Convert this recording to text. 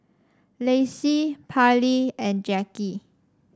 Lacy Parlee and Jackie